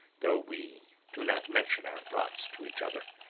though we do not mention our thoughts to each other.